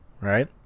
right